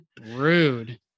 Rude